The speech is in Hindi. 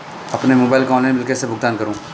अपने मोबाइल का ऑनलाइन बिल कैसे भुगतान करूं?